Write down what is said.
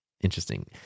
interesting